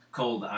Called